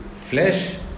flesh